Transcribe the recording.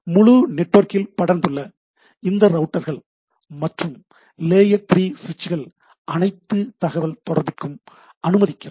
முழு நெட்வொர்க்கில் படர்ந்துள்ள இந்த ரௌட்டர்கள் மற்றும் லேயர் 3 ஸ்விட்ச்கள் அனைத்து தகவல் தொடர்பிற்கும் அனுமதிக்கிறது